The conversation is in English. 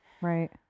Right